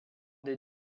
des